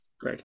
Great